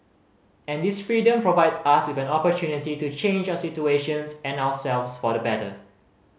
and this freedom provides us with an opportunity to change our situations and ourselves for the better